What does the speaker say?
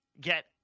get